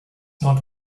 not